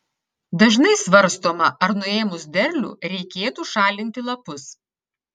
dažnai svarstoma ar nuėmus derlių reikėtų šalinti lapus